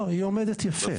לא, היא עומדת יפה.